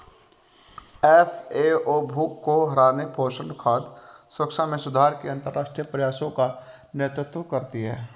FAO भूख को हराने, पोषण, खाद्य सुरक्षा में सुधार के अंतरराष्ट्रीय प्रयासों का नेतृत्व करती है